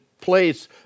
place